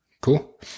Cool